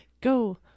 go